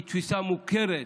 היא תפיסה מוכרת.